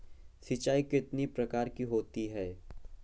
सिंचाई कितनी प्रकार की होती हैं?